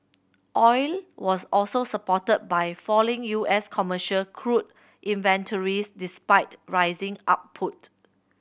oil was also supported by falling U S commercial crude inventories despite rising output